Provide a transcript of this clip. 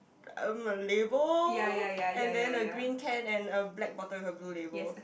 um a label and then a green can and a black bottle with a blue label